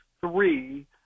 three